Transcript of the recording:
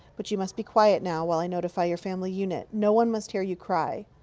but you must be quiet now, while i notify your family unit. no one must hear you cry.